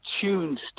tuned